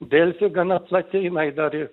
delfi gana plati jinai dar ir